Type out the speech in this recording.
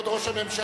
כבוד ראש הממשלה,